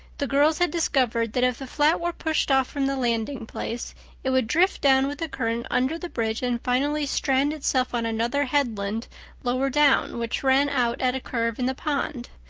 the girls had discovered that if the flat were pushed off from the landing place it would drift down with the current under the bridge and finally strand itself on another headland lower down which ran out at a curve in the pond.